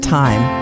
time